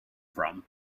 from